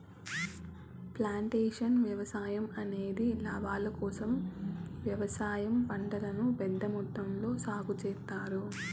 plantation వ్యవసాయం అనేది లాభాల కోసం వ్యవసాయ పంటలను పెద్ద మొత్తంలో సాగు చేత్తారు